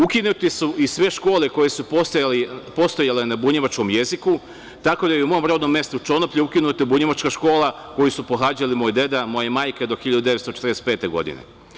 Ukinute su i sve škole koje su postojale na bunjevačkom jeziku, tako da je u mom rodnom mestu Čoloplju ukinuta bunjevačka škola, koju su pohađali moj deda, moja majka do 1945. godine.